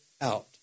out